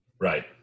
Right